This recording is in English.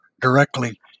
directly